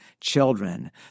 children